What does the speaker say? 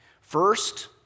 First